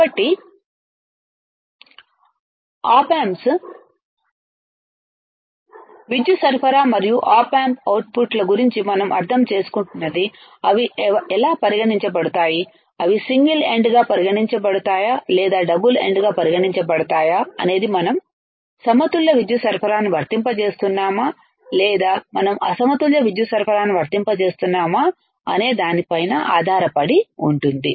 కాబట్టి op amps విద్యుత్ సరఫరా మరియు ఆప్ ఆంప్ అవుట్పుట్ల గురించి మనం అర్థం చేసుకుంటున్నది అవి ఎలా పరిగణించబడుతాయి అవి సింగిల్ ఎండ్ గా పరిగణించబడుతాయా లేదా అవి డబుల్ ఎండ్ గా పరిగణించబడుతాయా అనేది మనం సమతుల్య విద్యుత్ సరఫరాను వర్తింపజేస్తున్నామా లేదా మనం అసమతుల్య విద్యుత్ సరఫరాను వర్తింపజేస్తున్నామా అనే దాని పైన ఆధారపడి ఉంటుంది